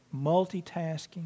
multitasking